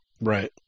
Right